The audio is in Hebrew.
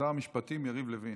שר המשפטים יריב לוין.